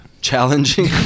challenging